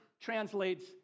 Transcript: translates